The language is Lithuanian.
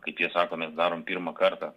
kaip jie sako mes darom pirmą kartą